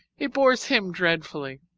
it bores him dreadfully.